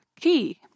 key